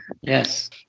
Yes